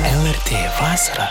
lrt vasara